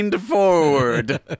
forward